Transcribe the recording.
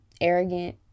arrogant